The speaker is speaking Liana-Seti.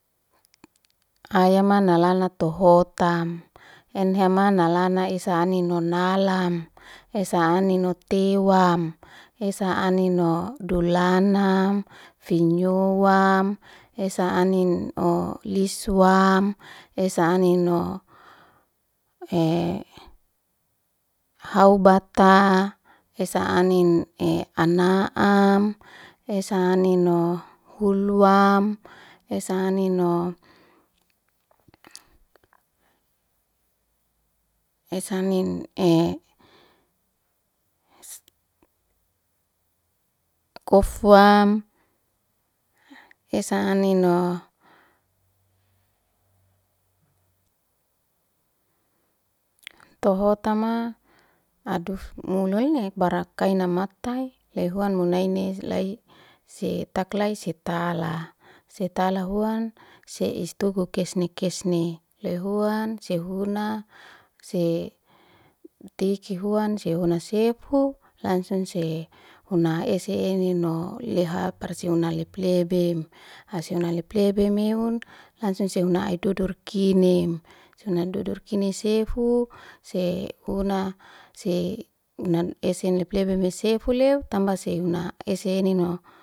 Si hafleira si hafleira tu huan si huna hasefara heloy tu misa masefu langsunghe huna esen ata lanem, si huna hatalane huan, sin hata sefu ufaya maun, ufaya masek mata sefu loy huan si lep sefu mansia abute nira abute nira huan ara esen tohut sanin mehun am bh, am buhu am tebu lohuk am inoni amra kele am esen hufeye. Am esen hufeye huan am huna am bala keha lotu am rasai bem am foi- foi loy huan sampe malafu am hakalay nira, nalame munaini sitak laise tahala, seta hala se'i sefu ase huna ese enin faini faini se ese hala foley launi se hakutehe se ese lau ufayam, lau ufaya huan si istuku leku se huna ese enmele unem leu huan si huna hasife esen mele uni meun se- se huna si dar sefu sehira, sehhi sefu langsung huan se bakatra loy au in suda pas leke anho.